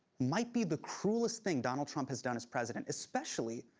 might be the cruelest thing donald trump has done as president. especially,